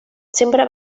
sempre